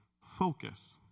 focus